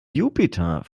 jupiter